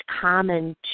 common